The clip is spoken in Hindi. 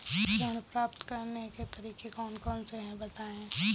ऋण प्राप्त करने के तरीके कौन कौन से हैं बताएँ?